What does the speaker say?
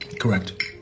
Correct